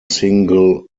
single